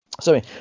Sorry